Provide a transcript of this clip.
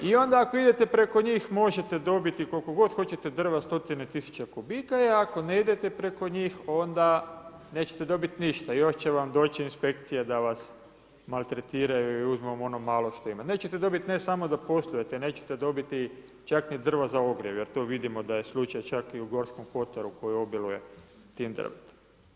I onda ako idete preko njih možete dobiti koliko god hoćete drva, stotine tisuća kubika, e ako ne idete preko njih nećete dobiti ništa i još će vam doći inspekcija da vas maltretiraju i uzmu vam ono malo što imate, nećete dobiti ne samo da poslujete, nećete dobiti čak ni drvo za ogrjev, jer to vidimo da je slučaj čak i u Gorskom Kotaru koji obiluje tim drvetom.